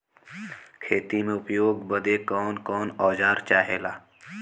खेती में उपयोग बदे कौन कौन औजार चाहेला?